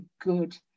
good